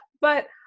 But-